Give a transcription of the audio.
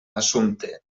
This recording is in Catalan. assumpte